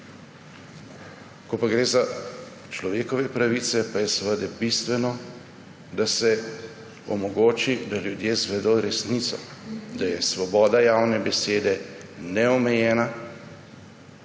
Ko gre za človekove pravice, pa je seveda bistveno, da se omogoči, da ljudje izvedo resnico, da je svoboda javne besede neomejena